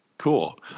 Cool